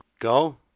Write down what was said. Go